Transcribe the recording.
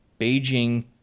Beijing